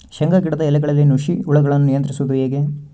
ಶೇಂಗಾ ಗಿಡದ ಎಲೆಗಳಲ್ಲಿ ನುಷಿ ಹುಳುಗಳನ್ನು ನಿಯಂತ್ರಿಸುವುದು ಹೇಗೆ?